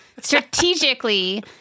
strategically